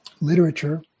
literature